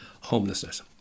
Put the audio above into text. homelessness